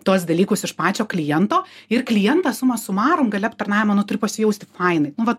tuos dalykus iš pačio kliento ir klientas suma sumarum gale aptarnavimo nu turi pasijausti fainai nu vat